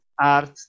art